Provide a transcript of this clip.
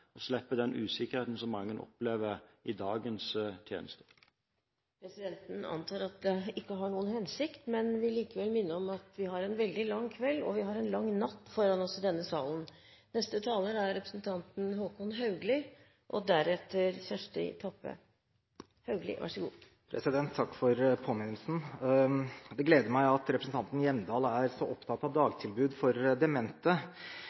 og slipper den usikkerheten som mange opplever i dagens tjenester. Presidenten antar at det ikke har noen hensikt, men vil likevel minne om at vi har en veldig lang kveld og en lang natt foran oss i denne salen. Takk for påminnelsen. Det gleder meg at representanten Hjemdal er så opptatt av dagtilbud for demente,